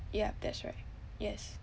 yup that's right yes